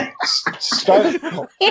start